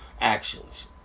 actions